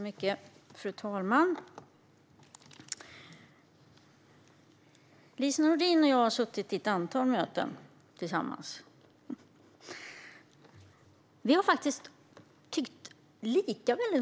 Fru talman! Lise Nordin och jag har suttit i ett antal möten tillsammans. Många gånger har vi faktiskt tyckt lika.